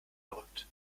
verrückt